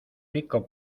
rico